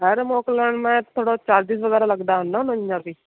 घरु मोकिलण में थोरो चार्जिस वग़ैरह लॻंदा हूंदा उन्हनि जा बि